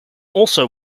also